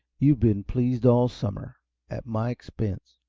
you've been pleased all summer at my expense.